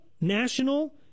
national